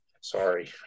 Sorry